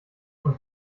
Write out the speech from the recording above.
und